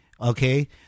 okay